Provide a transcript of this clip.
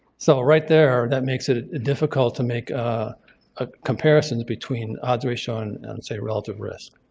so right there that makes it it difficult to make a ah comparison between odds ratio and and say relative risk.